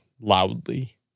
loudly